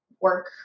work